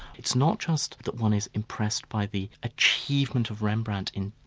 it's not just that one is impressed by the achievement of rembrandt in,